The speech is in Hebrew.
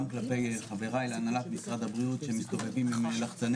גם כלפי חבריי להנהלת משרד הבריאות שמסתובבים עם לחצני